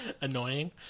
annoying